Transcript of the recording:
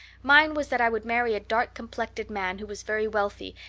mine was that i would marry a dark-complected man who was very wealthy,